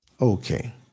Okay